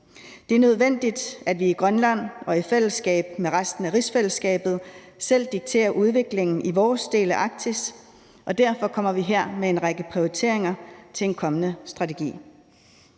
Det er nødvendigt, at vi i Grønland og i fællesskab med resten af rigsfællesskabet selv dikterer udviklingen i vores del af Arktis, og derfor kommer vi her med en række prioriteringer til en kommende strategi.